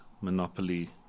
monopoly